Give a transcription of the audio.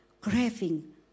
Craving